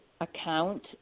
account